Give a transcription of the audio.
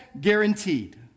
guaranteed